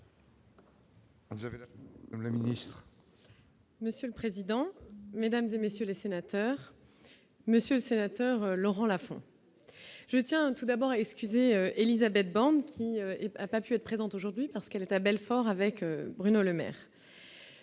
Monsieur le président, Mesdames et messieurs les sénateurs Monsieur sénateur Laurent Lafon je tiens tout d'abord excusez Élisabeth Banks qui a pas pu être présent aujourd'hui parce qu'elle est à Belfort avec Bruno Le Maire